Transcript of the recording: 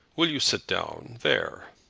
will you sit down there.